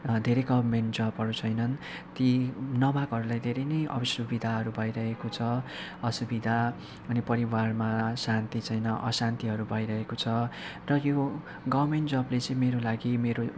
धेरै गभर्मेन्ट जबहरू छैनन् ती नभएकोहरूलाई धेरै नै असुविधाहरू भइरहेको छ असुविधा अनि परिवारमा शान्ति छैन अशान्तिहरू भइरहेको छ र यो गभर्मेन्ट जबले चाहिँ मेरो लागि मेरो